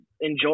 enjoy